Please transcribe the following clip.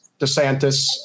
DeSantis